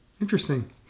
Interesting